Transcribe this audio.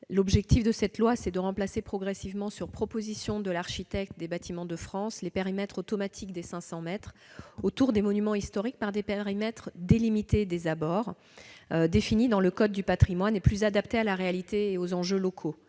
L'objectif était de remplacer progressivement, sur proposition de l'architecte des Bâtiments de France, les périmètres automatiques de 500 mètres autour des monuments historiques par des périmètres délimités des abords (PDA), définis dans le code du patrimoine et plus adaptés à la réalité et aux enjeux locaux.